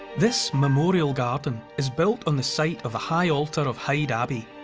this memorial garden is built on the site of the high altar of hyde abbey.